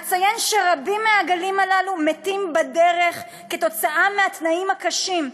אציין שרבים מהעגלים הללו מתים בדרך כתוצאה מהתנאים הקשים.